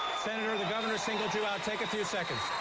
senator, the governor singled you out. take a few seconds.